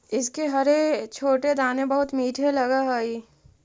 इसके हरे छोटे दाने बहुत मीठे लगअ हई